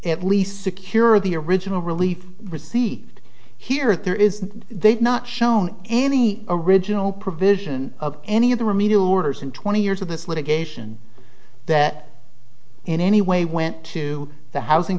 at least secure the original relief received here there is they've not shown any original provision of any of the remedial orders in twenty years of this litigation that in any way went to the housing